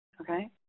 Okay